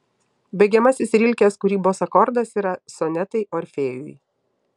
baigiamasis rilkės kūrybos akordas yra sonetai orfėjui